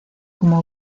como